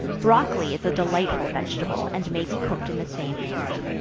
brocolli is a delightful vegetable, and may be cooked in the same manner.